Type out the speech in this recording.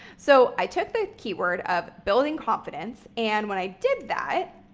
so i took the keyword of building confidence and when i did that,